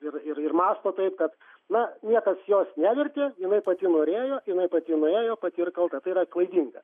ir ir mąsto taip na niekas jos nevertė jinai pati norėjo jinai pati nuėjo pati ir kalta tai yra klaidinga